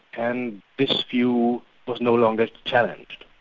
and this view was no longer challenged.